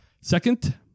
Second